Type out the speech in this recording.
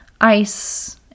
ice